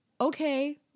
okay